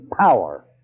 power